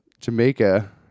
Jamaica